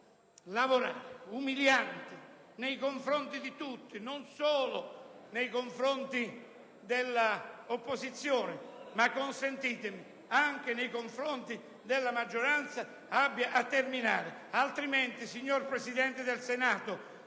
lavorare, umiliante nei confronti di tutti - non solo dei rappresentanti dell'opposizione ma, consentitemelo, anche della maggioranza - abbia a terminare; altrimenti, signor Presidente del Senato,